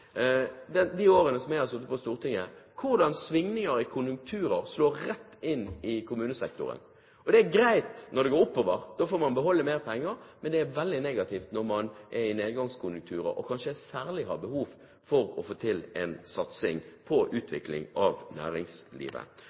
går oppover, da får man beholde mer penger. Men det er veldig negativt når man er i en nedgangskonjunktur og kanskje særlig har behov for å få til en satsing på utvikling av næringslivet.